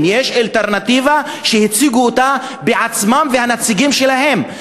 יש אלטרנטיבה שהציגו הנציגים שלהם עצמם.